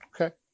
Okay